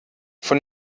von